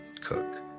cook